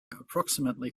approximately